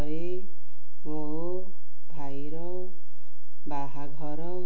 ଭାଇର